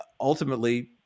ultimately